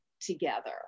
together